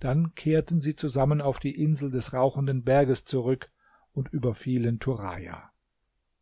dann kehrten sie zusammen auf die insel des rauchenden berges zurück und überfielen turaja